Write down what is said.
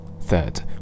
Third